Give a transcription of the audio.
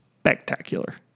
Spectacular